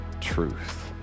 truth